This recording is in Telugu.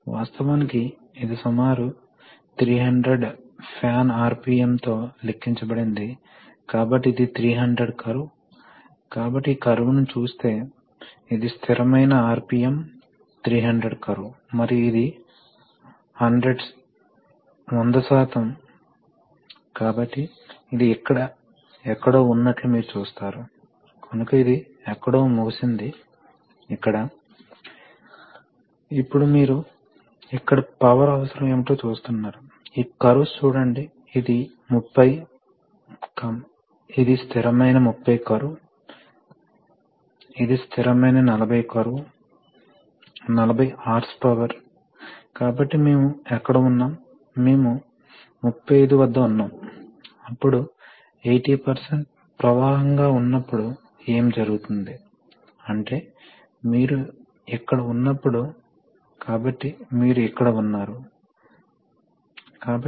మీరు చూడటానికి ప్రయత్నిస్తున్నది ఏమిటంటేమాకు ప్రెషర్ అమరిక ఉంది అవి ఆఫ్ అవుతాయి 100 నుండి 120 పిఎస్ఐ అనుకుందాం ఇప్పుడు మీరు లోడ్ తీసుకుంటున్నప్పుడు ఈ ప్రెషర్ తగ్గడం ప్రారంభమవుతుంది మరియు తరువాత 115 psi వద్ద మళ్ళీ కంప్రెషర్ ను ఆన్ చేస్తే ప్రెషర్ పెరుగుతూనే ఉంటుంది మీరు ఈ సమయంలో కంప్రెషర్ ఆన్ చేస్తే ఆపై ప్రెషర్ పెరుగుతుంది ఇప్పుడు ప్రెషర్ పెరిగేకొద్దీ మీరు ఈ రేఖ వెంట కదులుతున్నప్పుడు కంప్రెసర్ ఇప్పుడు ఆన్లో ఉంది మరియు మీరు దీన్ని 120 psi అనేది మీరు ఉంచాలనుకునే నామమాత్రపు వోల్టేజ్ కానీ మీరు నిజంగానే ఇది ఒక నిర్దిష్ట బిందువు వరకు ఏర్పడుతుంది 125 పిఎస్ఐ వరకు చెప్పండి ఆపై మళ్ళీ అది 125 పిఎస్ఐకి చేరుకున్నప్పుడు మీరు దాన్ని నిజంగా ఆపివేస్తారు కాబట్టి మీరు ఇక్కడకు చేరుకుంటారు